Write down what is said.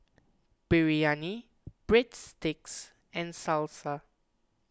Biryani Breadsticks and Salsa